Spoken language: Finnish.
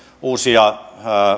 uusia